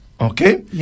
Okay